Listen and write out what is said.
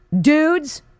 dudes